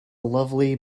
lovely